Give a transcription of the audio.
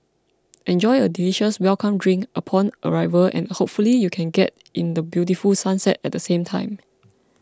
enjoy a delicious welcome drink upon arrival and hopefully you can get in the beautiful sunset at the same time